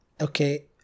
okay